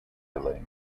gallen